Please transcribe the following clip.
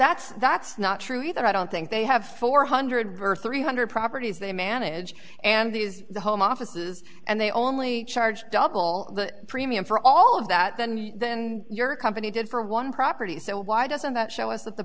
that's that's not true either i don't think they have four hundred birth three hundred properties they manage and that is the home offices and they only charge double the premium for all of that then you then your company did for one property so why doesn't that show us that the